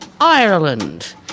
Ireland